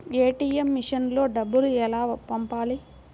ATM మెషిన్లో డబ్బులు ఎలా పంపాలి?